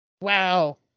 Wow